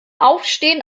aufstehen